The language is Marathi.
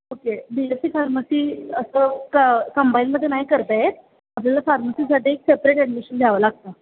ओके बी एससी फार्मसी असं क कंबाईनमध्ये नाही करता येत आपल्याला फार्मसीसाठी एक सेपरेट ॲडमिशन घ्यावं लागतं